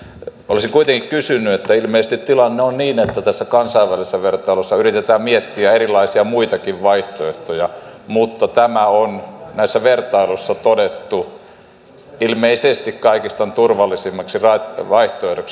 olisin kuitenkin kysynyt siitä kun ilmeisesti tilanne on että kansainvälisessä vertailussa yritetään miettiä erilaisia muitakin vaihtoehtoja mutta tämä on näissä vertailuissa todettu ilmeisesti kaikista turvallisimmaksi vaihtoehdoksi